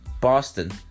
Boston